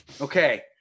Okay